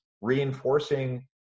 reinforcing